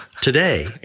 today